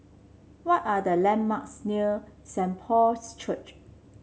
what are the landmarks near Saint Paul's Church